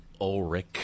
Ulrich